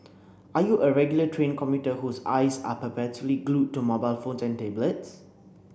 are you a regular train commuter whose eyes are perpetually glued to mobile phones and tablets